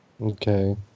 Okay